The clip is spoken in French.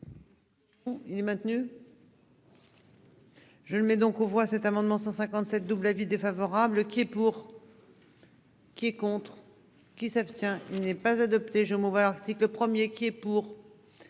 Il est maintenu. Je le mets donc on voit cet amendement 157 double avis défavorable qui est pour. Qui est contre qui s'abstient. Il n'est pas adopté je l'article 1er qui est pour.